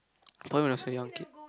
probably when I was a young kid